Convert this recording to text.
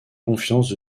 confiance